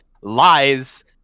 lies